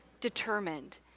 determined